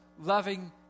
loving